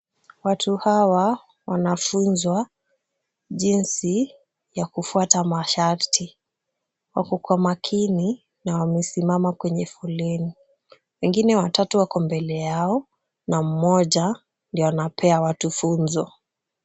Watu hawa wanafunzwa jinsi ya kufuata masharti. Wako kwa makini na wamesimama kwenye foleni. Wengine watatu wako mbele yao na mmoja ndio anapea watu funzo.